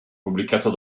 pubblicato